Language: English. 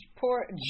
poor